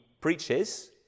preaches